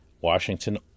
Washington